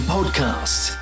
Podcast